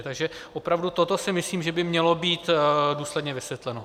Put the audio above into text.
Takže opravdu toto si myslím, že by mělo být důsledně vysvětleno.